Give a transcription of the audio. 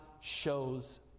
shows